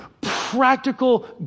practical